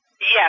Yes